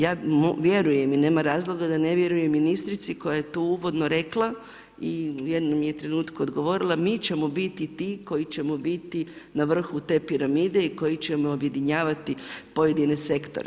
Ja vjerujem i nema razloga da ne vjerujem ministrici koja je tu uvodno rekla i u jednom mi je trenutku odgovorila, mi ćemo biti ti koji ćemo biti na vrhu te piramide i koji ćemo objedinjavati pojedine sektore.